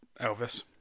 Elvis